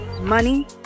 money